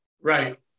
Right